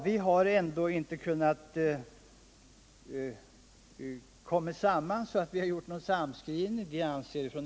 Vi har ändå inte kunnat göra någon samskrivning.